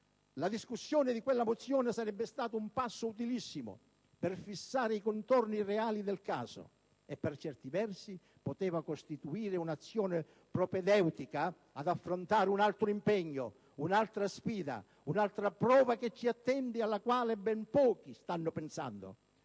La discussione di quella mozione sarebbe stata un passo utilissimo per fissare i contorni reali del caso, e per certi versi poteva costituire un'azione propedeutica ad affrontare un altro impegno, un'altra sfida, un'altra prova che ci attende e alla quale ben pochi stanno pensando: